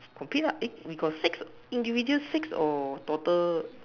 compete lah eh we got six individual six or total